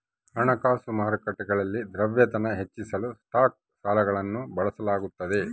ಹಣಕಾಸು ಮಾರುಕಟ್ಟೆಗಳಲ್ಲಿ ದ್ರವ್ಯತೆನ ಹೆಚ್ಚಿಸಲು ಸ್ಟಾಕ್ ಸಾಲಗಳನ್ನು ಬಳಸಲಾಗ್ತದ